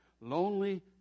lonely